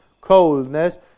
coldness